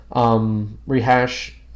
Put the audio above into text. rehash